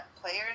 players